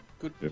Good